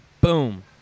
Boom